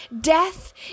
death